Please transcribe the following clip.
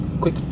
quick